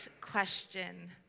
question